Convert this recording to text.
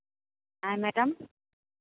ऐं मेडम